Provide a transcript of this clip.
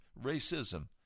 racism